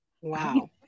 Wow